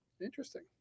Interesting